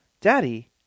Daddy